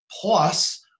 plus